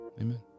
Amen